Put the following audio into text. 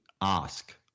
ask